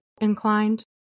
inclined